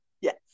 yes